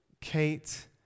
Kate